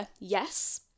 yes